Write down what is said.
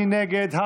מי נגד?